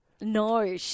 No